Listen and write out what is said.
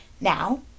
Now